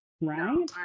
Right